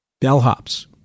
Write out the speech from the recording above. bellhops